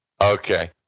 Okay